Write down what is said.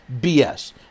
BS